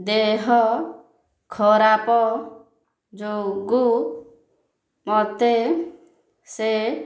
ଦେହ ଖରାପ ଯୋଗୁଁ ମୋତେ ସେ